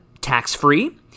tax-free